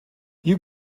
you